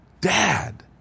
Dad